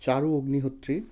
Charu Agnihotri